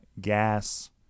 gas